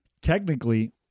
Technically